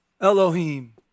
Elohim